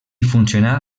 funcionà